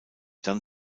dann